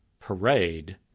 parade